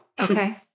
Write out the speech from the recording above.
Okay